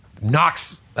knocks